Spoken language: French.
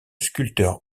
sculpteur